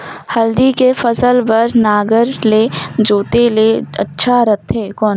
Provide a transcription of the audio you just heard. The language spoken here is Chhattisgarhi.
हल्दी के फसल बार नागर ले जोते ले अच्छा रथे कौन?